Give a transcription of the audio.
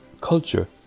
culture